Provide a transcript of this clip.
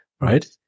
right